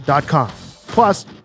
Plus